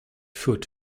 foot